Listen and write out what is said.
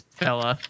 fella